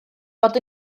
bod